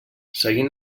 seguint